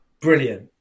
Brilliant